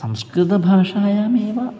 संस्कृतभाषायामेव